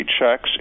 checks